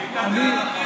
נוח לכם,